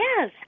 Yes